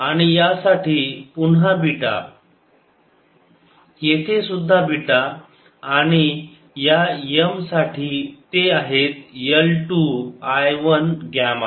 आणि यासाठी पुन्हा बीटा येथे सुद्धा बीटा आणि या M साठी ते आहेत L 2 I 1 ग्यामा